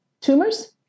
tumors